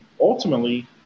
ultimately